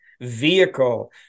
vehicle